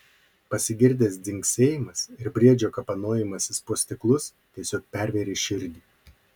pasigirdęs dzingsėjimas ir briedžio kapanojimasis po stiklus tiesiog pervėrė širdį